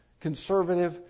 conservative